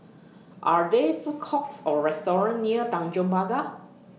Are There Food Courts Or restaurants near Tanjong Pagar